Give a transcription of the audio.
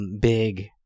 big